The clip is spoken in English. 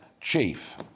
Chief